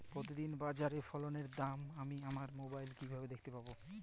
প্রতিদিন বাজারে ফসলের দাম আমি আমার মোবাইলে কিভাবে দেখতে পাব?